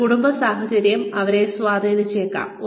ഒരു കുടുംബ സാഹചര്യം അവരെ സ്വാധീനിച്ചേക്കാം